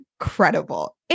incredible